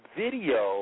video